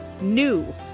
NEW